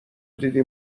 دیدی